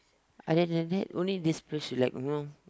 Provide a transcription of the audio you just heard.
other than that only this place you like you know